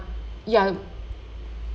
you are